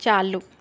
चालू